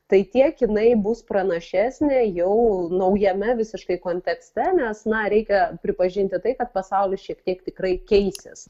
tai tiek jinai bus pranašesnė jau naujame visiškai kontekste nes na reikia pripažinti tai kad pasaulis šiek tiek tikrai keisis